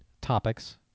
topics